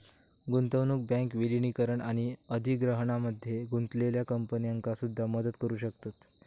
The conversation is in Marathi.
गुंतवणूक बँक विलीनीकरण आणि अधिग्रहणामध्ये गुंतलेल्या कंपन्यांका सुद्धा मदत करू शकतत